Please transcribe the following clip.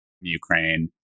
Ukraine